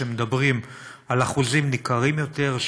שמדברים על אחוזים ניכרים יותר,